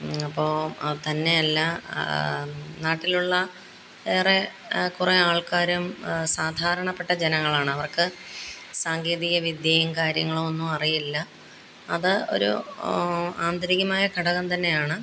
അപ്പോള് തന്നെയല്ല നാട്ടിലുള്ള ഏറെ കുറേ ആൾക്കാരും സാധാരണപ്പെട്ട ജനങ്ങളാണ് അവർക്ക് സാങ്കേതികവിദ്യയും കാര്യങ്ങളുമൊന്നും അറിയില്ല അത് ഒരു ആന്തരികമായ ഘടകം തന്നെയാണ്